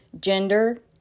gender